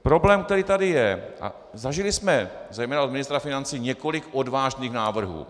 Problém, který tady je, a zažili jsme zejména od ministra financí několik odvážných návrhů.